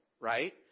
right